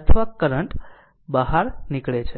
અથવા કરંટ બહાર નીકળે છે